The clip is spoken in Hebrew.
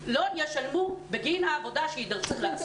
לא ישלמו בגין העבודה שיידרשו לעשות.